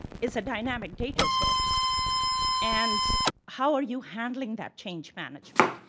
is a dynamic data source and how are you handling that change management?